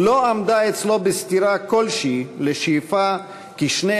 לא עמדה אצלו בסתירה כלשהי לשאיפה כי שני